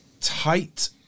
tight